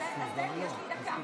תן לי, יש לי דקה.